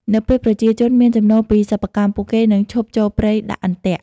នៅពេលប្រជាជនមានចំណូលពីសិប្បកម្ម ពួកគេនឹងឈប់ចូលព្រៃដាក់អន្ទាក់។